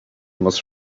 was